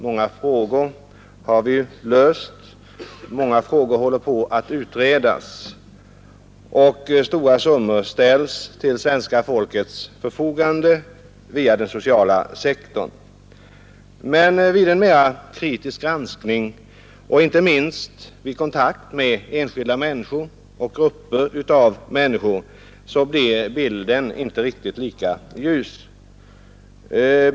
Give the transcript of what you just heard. Många frågor har vi löst, många frågor håller på att utredas, och stora summor ställs till svenska folkets förfogande via den sociala sektorn. Men vid en mera kritisk granskning, och inte minst vid kontakt med enskilda människor och grupper av människor, blir bilden inte riktigt lika ljus.